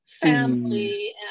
family